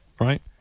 Right